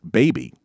baby